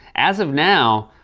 as of now,